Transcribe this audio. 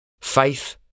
Faith